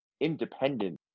independent